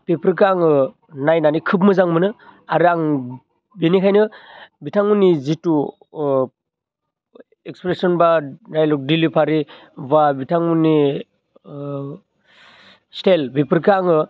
बेफोरखौ आङो नायनानै खोब मोजां मोनो आरो आं बिनिखायनो बिथांमोननि जिथु अह एक्सप्रेशन बा डाइलक डिलिभारी बा बिथांमोननि स्टाइल बेफोरखौ आङो